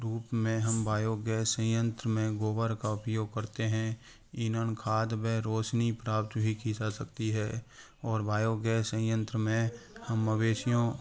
रूप में हम बायोगैस संयंत्र में गोबर का उपयोग करते हैं ईंधन खाद व रोशनी प्राप्त भी की जा सकती है और बायोगैस संयंत्र में हम मवेशियों